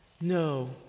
No